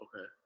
Okay